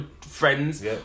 friends